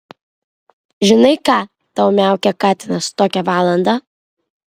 žinai ką tau miaukia katinas tokią valandą